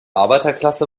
arbeiterklasse